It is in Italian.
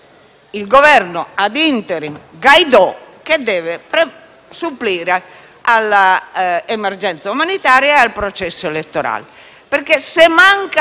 il Governo *ad interim* Guaidó che deve supplire all'emergenza umanitaria e al processo elettorale.